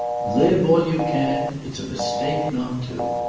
live all you can it's a mistake not to.